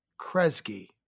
Kresge